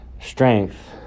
strength